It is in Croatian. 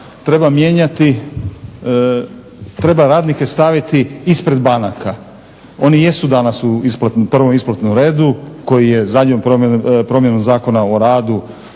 točnu stvar, treba radnike staviti ispred banaka. Oni jesu danas u prvom isplatnom redu koji je zadnjom promjenom Zakona o radu